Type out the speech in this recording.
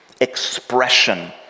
expression